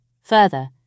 Further